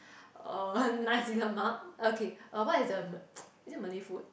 uh nasi-lemak okay uh what is the m~ is it Malay food